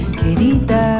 querida